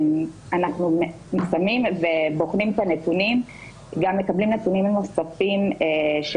אנחנו בוחנים את הנתונים וגם מקבלים נתונים נוספים ש